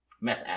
Meth